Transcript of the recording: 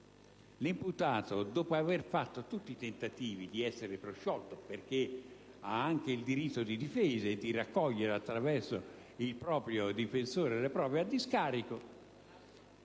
l'imputato dopo aver esperito tutti i tentativi di essere prosciolto - vedendosi riconosciuto anche il diritto di difesa e di raccogliere attraverso il proprio difensore le prove a discarico